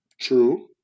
True